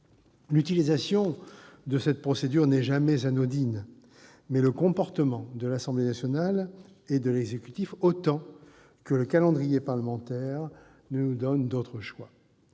L'utilisation de cette procédure n'est jamais anodine, mais le comportement de l'Assemblée nationale et de l'exécutif, autant que le calendrier parlementaire, ne nous donne d'autre choix.